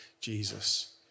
Jesus